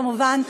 כמובן,